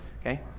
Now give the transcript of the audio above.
Okay